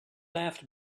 laughed